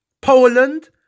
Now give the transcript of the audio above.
Poland